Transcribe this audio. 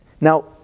Now